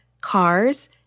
cars